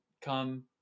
come